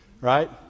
right